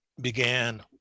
began